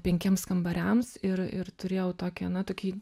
penkiems kambariams ir ir turėjau tokią na tokį